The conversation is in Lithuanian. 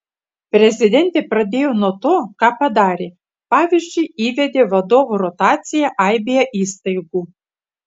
prezidentė pradėjo nuo to ką padarė pavyzdžiui įvedė vadovų rotaciją aibėje įstaigų